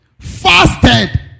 fasted